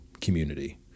community